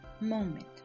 moment